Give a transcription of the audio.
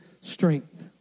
strength